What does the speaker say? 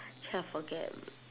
actually I forget